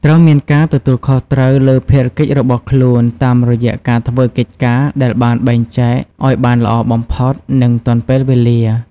ត្រូវមានការទទួលខុសត្រូវលើភារកិច្ចរបស់ខ្លួន តាមរយះការធ្វើកិច្ចការដែលបានបែងចែកឱ្យបានល្អបំផុត និងទាន់ពេលវេលា។